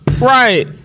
Right